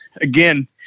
again